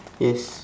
yes